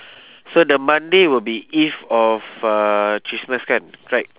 so the monday will be eve of uh christmas kan right